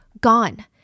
gone